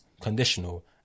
conditional